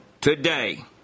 today